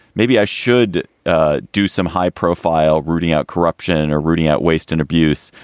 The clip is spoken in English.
maybe i should ah do some high profile rooting out corruption or rooting out waste and abuse.